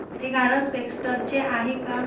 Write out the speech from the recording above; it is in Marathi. हे गाणं स्पेक्स्टरचे आहे का